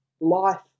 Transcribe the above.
life